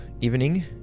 evening